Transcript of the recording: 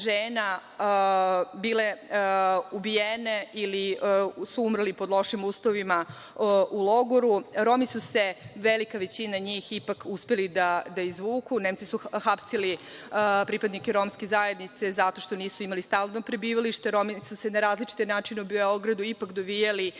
žena, bilo ubijeno ili su umrli u lošim uslovima u logoru. Romi su, velika većina njih, uspeli da se izvuku. Nemci su hapsili pripadnike Romske zajednice zato što nisu imali stalno prebivalište. Romi su se na različite načine u Beogradu dovijali